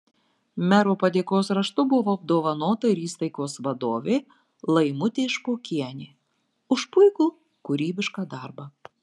mero padėkos raštu buvo apdovanota ir įstaigos vadovė laimutė špokienė už puikų kūrybišką darbą